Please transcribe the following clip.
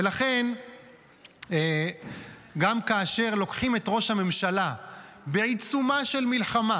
ולכן גם כאשר לוקחים את ראש הממשלה בעיצומה של מלחמה,